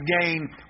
gain